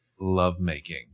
lovemaking